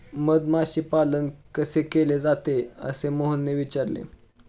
मधमाशी पालन कसे केले जाते? असे मोहितने विचारले